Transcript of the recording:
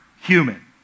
human